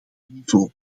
niveau